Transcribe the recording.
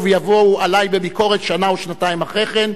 עלי בביקורת שנה או שנתיים אחרי כן,